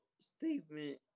statement